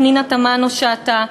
פנינה תמנו-שטה,